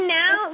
now